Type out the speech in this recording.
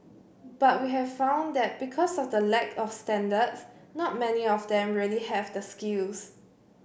but we have found that because of the lack of standards not many of them really have the skills